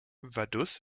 vaduz